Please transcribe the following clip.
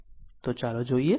તો ચાલો જોઈએ